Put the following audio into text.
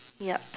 ya